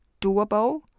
doable